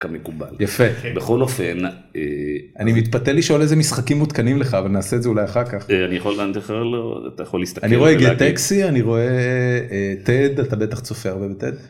יפה בכל אופן אני מתפתה לשאול איזה משחקים מותקנים לך ונעשה את זה אולי אחר כך. אתה יכול להסתכל ולהגיד. אני רואה גט טקסי אני רואה TED אתה בטח צופה.